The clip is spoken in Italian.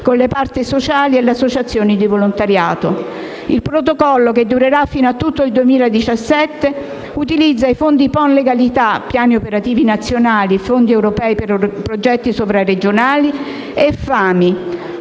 con le parti sociali e le associazioni di volontariato. Il protocollo, che durerà fino a tutto il 2017, utilizza i fondi PON Legalità (Piani operativi nazionali, fondi europei per progetti sovraregionali) e FAMI